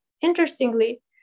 Interestingly